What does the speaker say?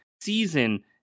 season